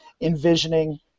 envisioning